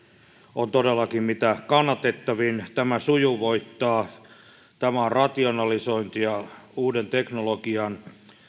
on todellakin mitä kannatettavin tämä sujuvoittaa tämä on rationalisointia uuden teknologian